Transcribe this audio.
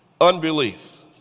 unbelief